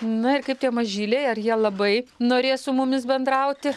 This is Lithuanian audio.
na ir kaip tie mažyliai ar jie labai norės su mumis bendrauti